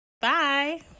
Bye